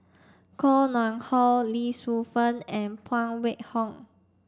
Koh Nguang How Lee Shu Fen and Phan Wait Hong